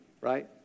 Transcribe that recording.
right